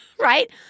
Right